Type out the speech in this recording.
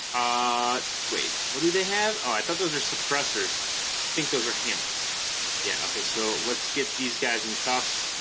ah wait what do they have oh i thought those are suppressors i think those are hammers yeah okay so let's get these guys in cuffs